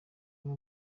amwe